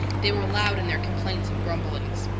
they were loud in their complaints and grumblings.